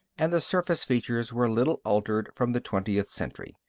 and the surface features were little altered from the twentieth century.